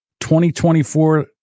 2024